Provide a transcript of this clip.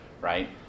right